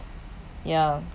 ya